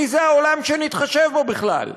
מי זה העולם שנתחשב בו בכלל?